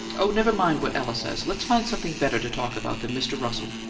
oh, never mind what ella says! let's find something better to talk about than mr. russell!